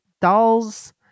Dolls